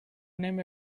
name